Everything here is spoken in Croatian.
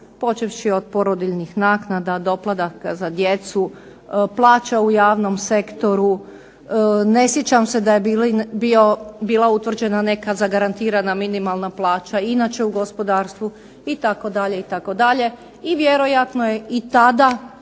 počevši od porodiljnih naknada, doplataka za djecu, plaća u javnom sektoru. Ne sjećam se da je bila utvrđena neka zagarantirana minimalna plaća i inače u gospodarstvu itd. itd. I vjerojatno je i tada